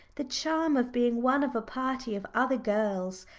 the charm of being one of a party of other girls,